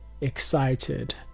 excited